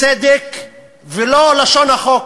הצדק ולא לשון החוק,